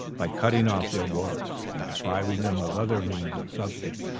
by cutting off their waters, and depriving them of other means of subsistence,